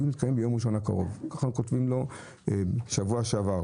הדיון יתקיים ביום ראשון הקרוב." כך כתבנו לו בשבוע שעבר.